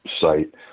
site